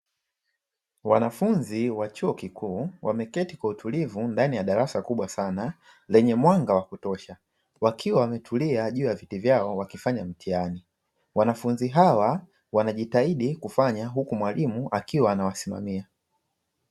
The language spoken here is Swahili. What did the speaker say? Wanafunzi wa chuo kikuu wameketi kwa utulivu ndani ya darasa kubwa sana lenye mwanga wa kutosha, wakiwa wametulia juu ya viti vyao wakifanya mtihani; wanafunzi hawa wanajitahidi kufanya huku mwalimu akiwa anawasimamia.